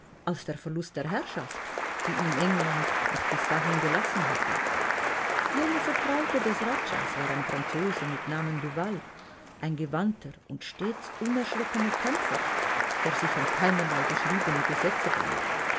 als der verlust der herrschaft die ihm england noch bis dahin gelassen hatte jener vertraute des rajahs war ein franzose mit namen de vales ein gewandter und stets unerschrockener kämpfer der sich an keinerlei geschriebene gesetze band